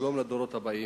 שלום לדורות הבאים.